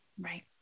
right